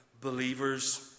believers